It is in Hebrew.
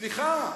סליחה,